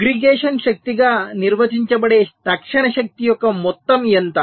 aggregation శక్తిగా నిర్వచించబడే తక్షణ శక్తి యొక్క మొత్తం ఎంత